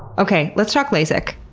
okay. let's talk lasik.